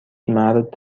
مرد